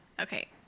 Okay